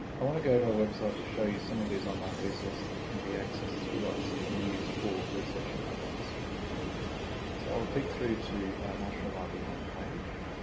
i want to go to a website to show you some of these online resources that can be accessed through us and used for researching local history so i'll click through to national library homepage.